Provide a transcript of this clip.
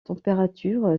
température